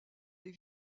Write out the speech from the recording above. des